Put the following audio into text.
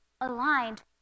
aligned